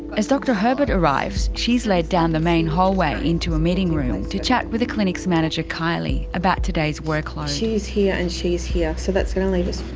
as dr herbert arrives, she's led down the main hallway into a meeting room to chat with the clinic's manager kylie about today's workload. she's here and she's here, so that's gonna leave us